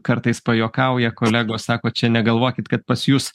kartais pajuokauja kolegos sako čia negalvokit kad pas jus